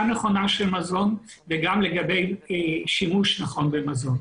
נכונה של מזון וגם לגבי שימוש נכון במזון.